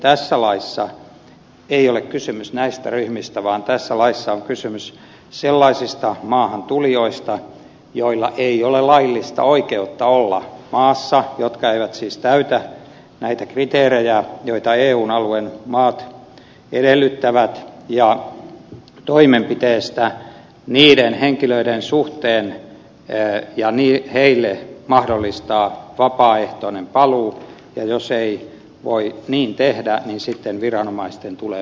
tässä laissa ei ole kysymys näistä ryhmistä vaan tässä laissa on kysymys sellaisista maahantulijoista joilla ei ole laillista oikeutta olla maassa ja jotka eivät siis täytä näitä kriteerejä joita eun alueen maat edellyttävät ja toimenpiteistä niiden henkilöiden suhteen ja mahdollisuudesta järjestää heille vapaaehtoinen paluu ja jos ei voi niin tehdä niin sitten viranomaisten tulee puuttua tähän maassa oleskeluun